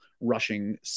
rushing